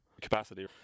capacity